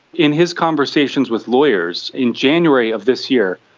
in his conversations with lawyers in january of this year,